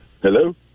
Hello